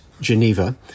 Geneva